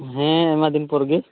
ᱦᱮᱸ ᱟᱭᱢᱟ ᱫᱤᱱ ᱯᱚᱨᱜᱮ